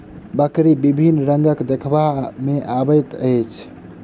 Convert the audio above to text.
बकरी विभिन्न रंगक देखबा मे अबैत अछि